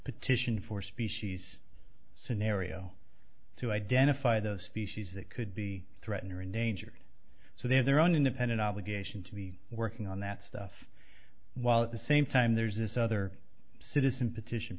petition for species scenario to identify those species that could be threatened or endangered so they have their own independent obligation to be working on that stuff while at the same time there's this other citizen petition